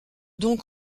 donc